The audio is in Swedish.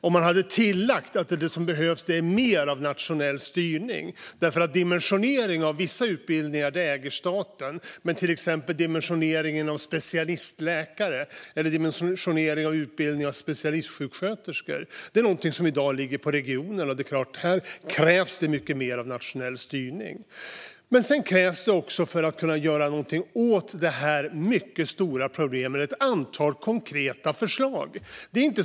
Man hade kunnat tillägga att det som behövs är mer av nationell styrning. Dimensionering av vissa utbildningar är en fråga som ägs av staten. Men dimensionering av utbildningen av specialistläkare och specialistsjuksköterskor ligger i dag på regionerna. Det är klart att det krävs mycket mer av nationell styrning här. Men för att göra något åt detta mycket stora problem krävs också ett antal konkreta förslag.